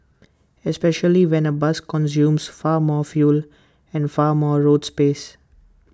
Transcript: especially when A bus consumes far more fuel and far more road space